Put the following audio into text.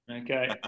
Okay